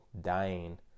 dying